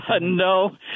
No